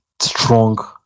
strong